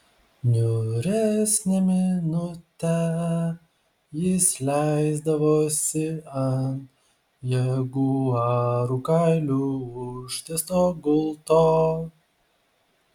niūresnę minutę jis leisdavosi ant jaguarų kailiu užtiesto gulto